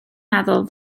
meddwl